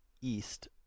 east